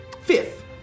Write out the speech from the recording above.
Fifth